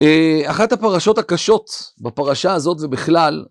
אחת הפרשות הקשות בפרשה הזאת ובכלל.